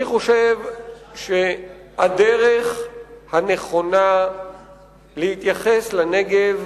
אני חושב שהדרך הנכונה להתייחס לנגב